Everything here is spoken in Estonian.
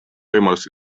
võimalus